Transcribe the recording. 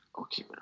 Okay